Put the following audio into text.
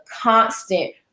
constant